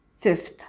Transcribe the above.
Fifth